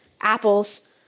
apples